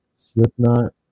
Slipknot